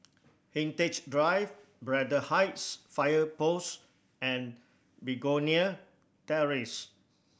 Hindhede Drive Braddell Heights Fire Post and Begonia Terrace